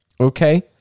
okay